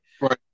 Right